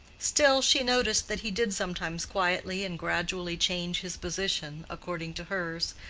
still, she noticed that he did sometimes quietly and gradually change his position according to hers,